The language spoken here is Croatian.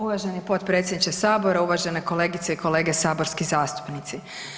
Uvaženi potpredsjedniče Sabora, uvažene kolegice i kolege saborski zastupnici.